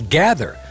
gather